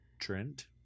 Trent